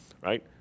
Right